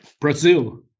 Brazil